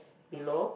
below